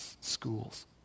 schools